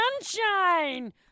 sunshine